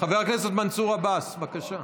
חבר הכנסת מנסור עבאס, בבקשה.